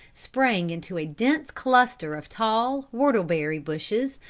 sprang into a dense cluster of tall whortleberry bushes,